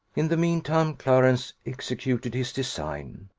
in the mean time, clarence executed his design.